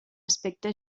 aspecte